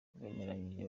bemeranyije